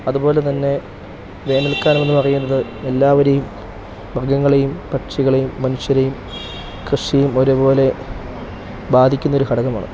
അതുപോലെ തന്നെ വേനൽക്കാലം എന്ന് പറയുന്നത് എല്ലാവരെയും മൃഗങ്ങളെയും പക്ഷികളെയും മനുഷ്യരെയും കൃഷിയും ഒരേപോലെ ബാധിക്കുന്ന ഒരു ഘടകമാണ്